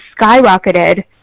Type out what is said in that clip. skyrocketed